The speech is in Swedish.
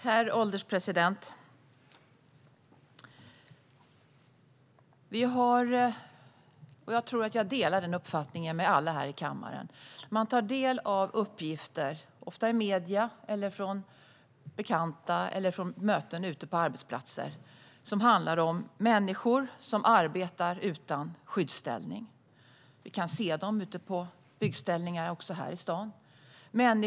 Herr ålderspresident! Vi har, och jag tror att jag delar detta med alla här i kammaren, tagit del av uppgifter, ofta från medier, från bekanta eller från möten ute på arbetsplatser, som handlar om människor som arbetar utan skyddsställning. Vi kan se dem på byggställningar också här i stan.